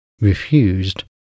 refused